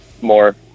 more